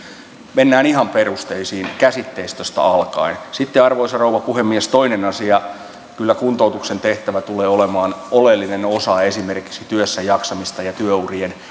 mennään ihan perusteisiin käsitteistöstä alkaen sitten arvoisa rouva puhemies toinen asia kyllä kuntoutuksen tehtävä tulee olemaan oleellinen osa esimerkiksi työssäjaksamista ja työurien